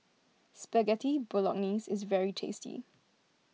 Spaghetti Bolognese is very tasty